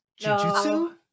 Jujutsu